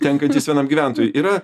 tenkantis vienam gyventojui yra